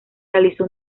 realizó